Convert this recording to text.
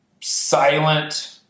silent